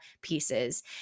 pieces